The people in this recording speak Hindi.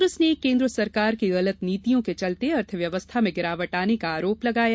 कांग्रेस ने केन्द्र सरकार की गलत नीतियों के चलते अर्थव्यवस्था में गिरावट आने का आरोप लगाया